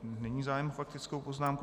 Není zájem o faktickou poznámku.